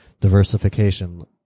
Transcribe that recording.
diversification